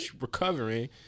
recovering